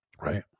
right